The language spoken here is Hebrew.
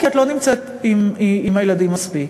כי את לא נמצאת עם הילדים מספיק.